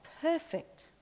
perfect